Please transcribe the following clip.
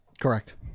Correct